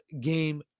game